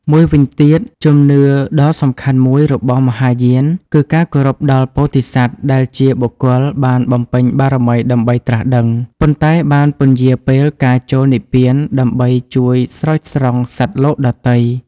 មួយវិញទៀតជំនឿដ៏សំខាន់មួយរបស់មហាយានគឺការគោរពដល់ ពោធិសត្វ ដែលជាបុគ្គលបានបំពេញបារមីដើម្បីត្រាស់ដឹង ប៉ុន្តែបានពន្យារពេលការចូលនិព្វានដើម្បីជួយស្រោចស្រង់សត្វលោកដទៃ។